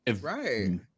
Right